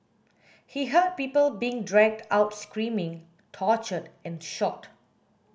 he heard people being dragged out screaming tortured and shot